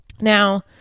Now